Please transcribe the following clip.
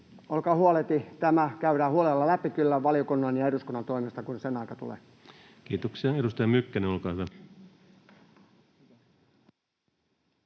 olkaa huoleti, tämä käydään kyllä huolella läpi valiokunnan ja eduskunnan toimesta, kun sen aika tulee. Kiitoksia. — Edustaja Mykkänen, olkaa hyvä.